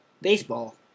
Baseball